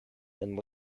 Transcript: and